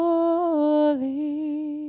Holy